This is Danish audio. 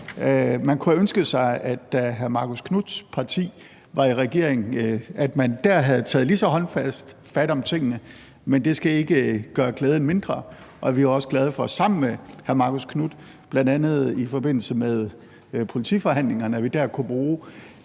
Vi kunne have ønsket os, at man, da hr. Marcus Knuths parti var i regering, havde taget lige så håndfast fat om tingene, men det skal ikke gøre glæden mindre. Vi er også glade for, at vi sammen med hr. Marcus Knuth, bl.a. i forbindelse med politiforhandlingerne, kunne bruge